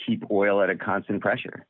keep oil at a constant pressure